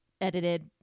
edited